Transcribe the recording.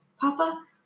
Papa